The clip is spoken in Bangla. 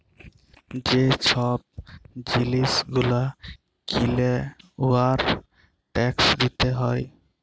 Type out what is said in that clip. যে ছব জিলিস গুলা কিলে উয়ার ট্যাকস দিতে হ্যয়